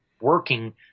working